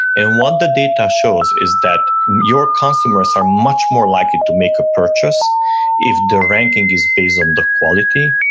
and what the data shows is that your consumers are much more likely to make a purchase if the ranking is based on the quality,